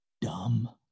dumb